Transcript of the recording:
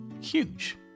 huge